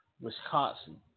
Wisconsin